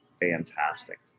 fantastic